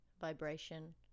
Vibration